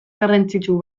garrantzitsu